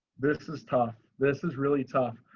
this is tough. this is really tough.